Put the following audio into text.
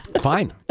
Fine